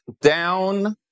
down